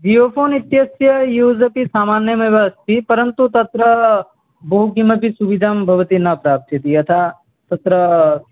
Jio phone इत्यस्य use अपि सामान्यमेव अस्ति परन्तु तत्र बहुकिमपि सुविधां भवती न प्राप्स्यति यथा तत्र